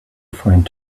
find